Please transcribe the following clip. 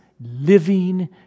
living